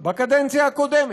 בקדנציה הקודמת,